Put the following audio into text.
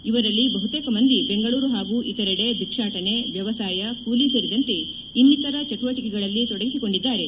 ಇವರಲ್ಲಿ ಬಹುತೇಕ ಮಂದಿ ಬೆಂಗಳೂರು ಹಾಗೂ ಇತರೆಡೆ ಭಿಕ್ಷಾಟನೆ ವ್ಯವಸಾಯ ಕೂಲಿ ಸೇರಿದಂತೆ ಇನ್ನಿತರ ಚಟುವಟಿಕೆಗಳಲ್ಲಿ ತೊಡಗಿಸಿಕೊಂಡಿದ್ದಾರೆ